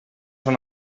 són